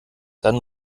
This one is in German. dann